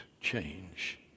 change